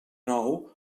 nou